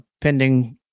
pending